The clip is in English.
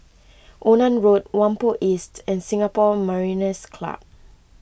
Onan Road Whampoa East and Singapore Mariners' Club